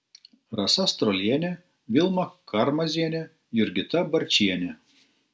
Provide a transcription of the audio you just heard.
rasa strolienė vilma karmazienė jurgita barčienė